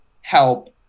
help